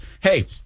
hey